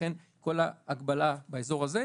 ולכן כל ההגבלה באזור הזה.